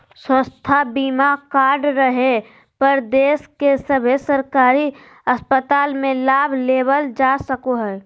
स्वास्थ्य बीमा कार्ड रहे पर देश के सभे सरकारी अस्पताल मे लाभ लेबल जा सको हय